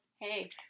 hey